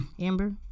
Amber